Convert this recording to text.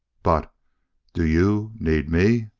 but do you need me?